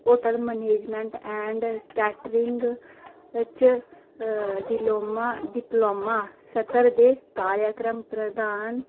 hotel management and catering च diploma diploma सतर दे कार्यक्रम प्रधान